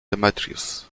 demetrius